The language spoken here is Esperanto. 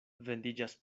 vendiĝas